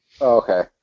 Okay